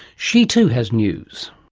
she too has news.